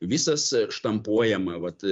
visas štampuojama vat